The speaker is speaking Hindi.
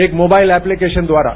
एक मोबाइल एप्लीकेशन द्वारा